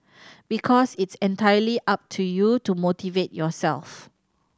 because it's entirely up to you to motivate yourself